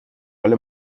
حال